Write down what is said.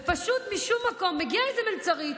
ופשוט משום מקום מגיעה איזו מלצרית,